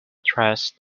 thresh